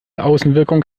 außenwirkung